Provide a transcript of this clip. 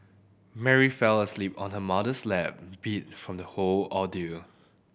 Mary fell asleep on her mother's lap beat from the whole ordeal